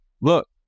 look